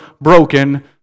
broken